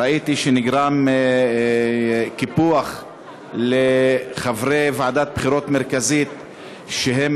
ראיתי שנגרם קיפוח לחברי ועדת הבחירות המרכזית שהם